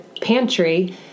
pantry